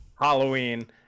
halloween